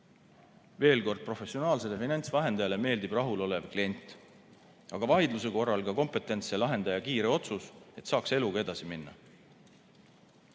Veel kord: professionaalsele finantsvahendajale meeldib rahulolev klient, aga vaidluse korral ka kompetentse lahendaja kiire otsus, et saaks eluga edasi minna.